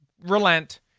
relent